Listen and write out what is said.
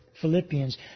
Philippians